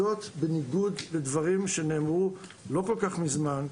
זאת בניגוד לדברים שנאמרו לא כל-כך מזמן,